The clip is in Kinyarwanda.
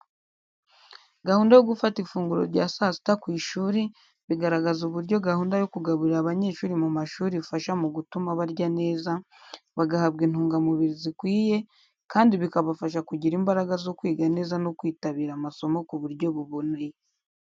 Gahunda yo gufata ifunguro rya saa sita ku ishuri, bigaragaza uburyo gahunda yo kugaburira abanyeshuri mu mashuri ifasha mu gutuma barya neza, bagahabwa intungamubiri zikwiye, kandi bikabafasha kugira imbaraga zo kwiga neza no kwitabira amasomo ku buryo buboneye.